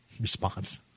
response